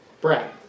Brad